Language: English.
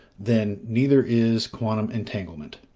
then neither is quantum entanglement.